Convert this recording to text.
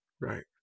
Right